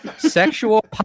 Sexual